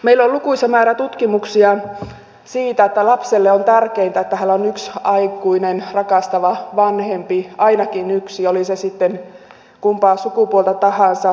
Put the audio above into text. meillä on lukuisa määrä tutkimuksia siitä että lapselle on tärkeintä että hänellä on yksi aikuinen rakastava vanhempi ainakin yksi oli se sitten kumpaa sukupuolta tahansa